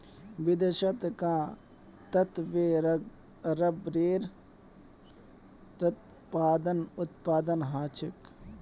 विदेशत कां वत्ते रबरेर उत्पादन ह छेक